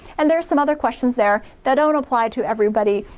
and there's some other questions there that don't apply to everybody,